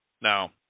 Now